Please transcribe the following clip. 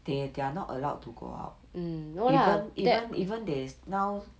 they they are not allowed to go out even even even they now